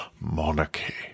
monarchy